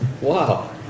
wow